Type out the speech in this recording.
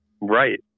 right